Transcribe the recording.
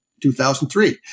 2003